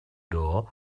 door